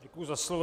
Děkuji za slovo.